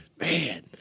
man